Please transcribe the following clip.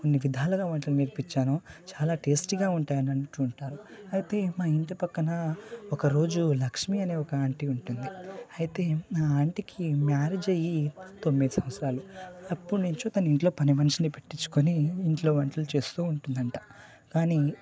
కొన్ని విధాలుగా వంటలు నేర్పించాను చాలా టేస్టీగా ఉన్నాయని అంటు ఉంటారు అయితే మా ఇంటి పక్కన ఒకరోజు లక్ష్మి అనే ఒక ఆంటీ ఉంటుంది అయితే ఆ ఆంటీకి మ్యారేజ్ అయ్యి తొమ్మిది సంవత్సరాలు అప్పటినుంచి తను ఇంట్లో పని మనిషిని పెట్టించుకుని ఇంట్లో వంటలు చేస్తు ఉంటుందంట కానీ